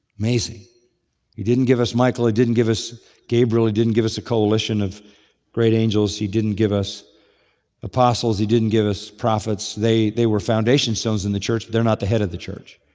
amazing. he didn't give us michael, he didn't give us gabriel, he didn't give us a coalition of great angels, he didn't give us apostles, he didn't give us prophets, they they were foundation stones in the church, but they're not the head of the church.